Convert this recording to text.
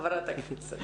בבקשה.